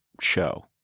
show